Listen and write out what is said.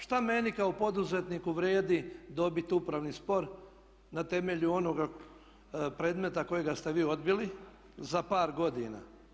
Šta meni kao poduzetniku vrijedi dobiti upravni spor na temelju onoga predmeta kojega ste vi odbili za par godina.